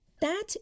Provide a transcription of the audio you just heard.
That